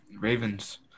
Ravens